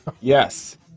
Yes